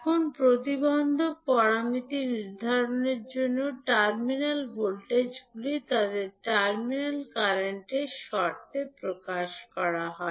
এখন প্রতিবন্ধক প্যারামিটার নির্ধারণের জন্য টার্মিনাল ভোল্টেজগুলি তাদের টার্মিনাল কারেন্টর শর্তে প্রকাশ করা হয়